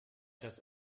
das